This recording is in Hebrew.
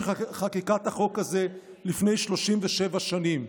שחוקקה את החוק הזה לפני 37 שנים,